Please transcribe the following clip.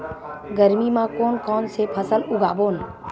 गरमी मा कोन कौन से फसल उगाबोन?